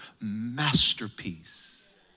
masterpiece